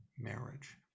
marriage